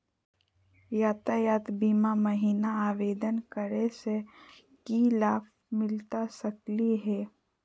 यातायात बीमा महिना आवेदन करै स की लाभ मिलता सकली हे?